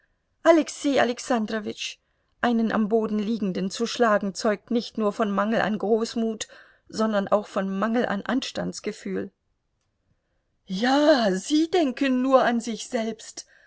alexei alexandrowitsch einen am boden liegenden zu schlagen zeugt nicht nur von mangel an großmut sondern auch von mangel an anstandsgefühl ja sie denken nur an sich selbst